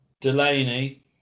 delaney